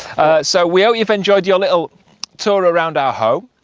so we out you've enjoyed your little tour around our home.